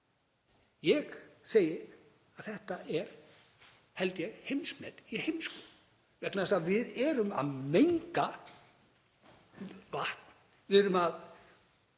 Ég segi að þetta er, held ég, heimsmet í heimsku vegna þess að við erum að menga vatn. Við erum að